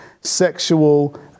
sexual